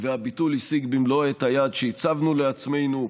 והביטול השיג במלואו את היעד שהצבנו לעצמנו.